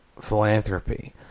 philanthropy